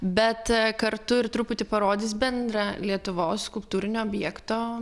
bet kartu ir truputį parodys bendrą lietuvos skulptūrinio objekto